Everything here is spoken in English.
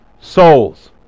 souls